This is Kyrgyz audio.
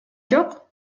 жок